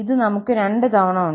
ഇത് നമുക് രണ്ടു തവണ ഉണ്ട്